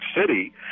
City